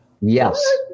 Yes